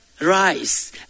rise